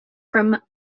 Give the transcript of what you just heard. from